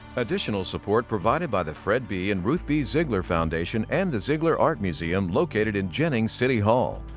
additional support provided by the fred b. and ruth b. ziegler foundation and the ziegler art museum located in jennings city hall.